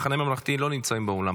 המחנה הממלכתי לא נמצאים באולם,